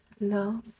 love